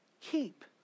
keep